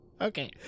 Okay